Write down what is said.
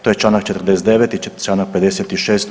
To je Članak 49. i Članak 56.